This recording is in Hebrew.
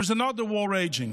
there is another war raging.